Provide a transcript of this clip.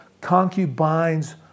concubines